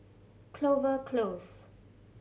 Clover Close